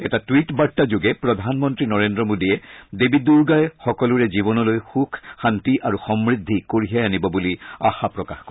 এটা টুইট বাৰ্তা যোগে প্ৰধানমন্ত্ৰী নৰেন্দ্ৰ মোদীয়ে দেৱী দূৰ্গাই সকলোৰে জীৱনলৈ সুখ শান্তি আৰু সমৃদ্ধি কঢ়িযাই আনিব বুলি আশা প্ৰকাশ কৰে